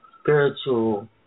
spiritual